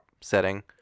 setting